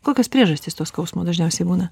kokios priežastys to skausmo dažniausiai būna